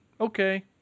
Okay